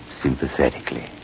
sympathetically